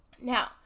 Now